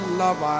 love